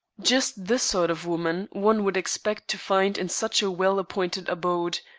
just the sort of woman one would expect to find in such a well-appointed abode,